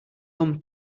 thumb